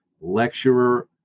lecturer